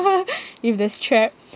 with the strap